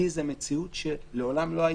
כי זו מציאות שמעולם לא הייתה.